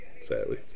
Sadly